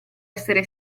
essere